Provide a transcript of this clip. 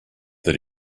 that